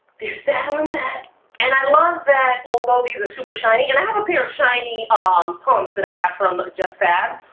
there's that one that and i love that although these are ah super shiny and i have a pair of shiny um pumps that i got from justfab,